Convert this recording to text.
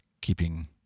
keeping